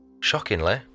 Shockingly